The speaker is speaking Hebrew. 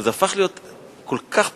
זה הפך להיות כל כך פופולרי,